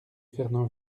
fernand